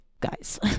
guys